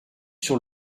sur